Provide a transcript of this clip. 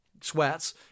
sweats